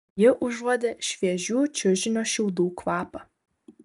ji užuodė šviežių čiužinio šiaudų kvapą